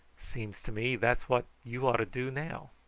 seems to me that's what you ought to do now.